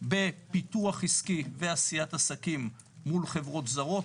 בפיתוח עסקי ועשיית עסקים, מול חברות זרות,